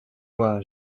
moi